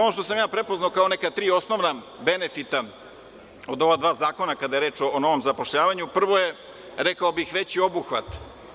Ono što sam prepoznao kao neka tri osnovna benefita kod ova dva zakona, kada je reč o novom zapošljavanju, prvo je, rekao bih, veći obuhvat.